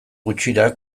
gutxira